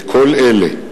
וכל אלה,